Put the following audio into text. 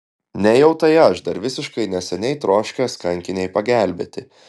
nejau tai aš dar visiškai neseniai troškęs kankinei pagelbėti